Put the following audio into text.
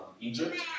Egypt